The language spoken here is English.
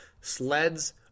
sleds